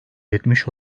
yetmiş